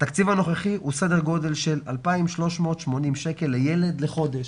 התקציב הנוכחי הוא סדר גודל של 2,380 ₪ לילד לחודש.